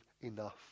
enough